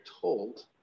told